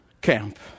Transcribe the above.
camp